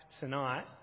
tonight